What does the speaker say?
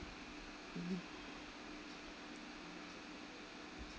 mmhmm